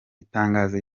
itangazo